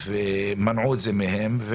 ומנעו את זה מהם.